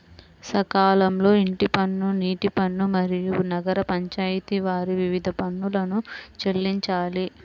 సకాలంలో ఇంటి పన్ను, నీటి పన్ను, మరియు నగర పంచాయితి వారి వివిధ పన్నులను చెల్లించాలి